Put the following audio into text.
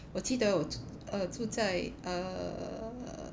我记得我住 uh 住在 err